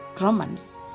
Romans